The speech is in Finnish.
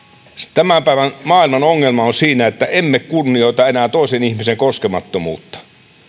tämän päivän maailman ongelma on siinä että emme kunnioita enää toisen ihmisen koskemattomuutta